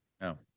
No